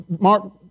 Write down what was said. Mark